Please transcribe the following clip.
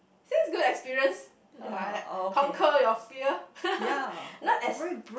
since good experience ya conquer your fear not as